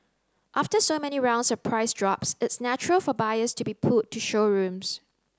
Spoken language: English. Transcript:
after so many rounds of price drops it's natural for buyers to be pulled to showrooms